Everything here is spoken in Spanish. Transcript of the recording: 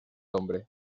hombre